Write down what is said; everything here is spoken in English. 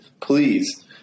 please